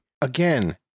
again